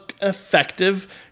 effective